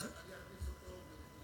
אז, אני אחליף אותו.